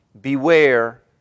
beware